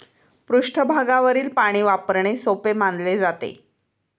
पृष्ठभागावरील पाणी वापरणे सोपे मानले जाते